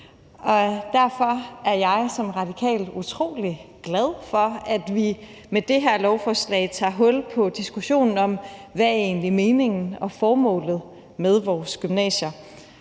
Derfor er jeg som radikal utrolig glad for, at vi med det her lovforslag tager hul på diskussionen om, hvad meningen og formålet egentlig er med vores gymnasier.